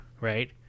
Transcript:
right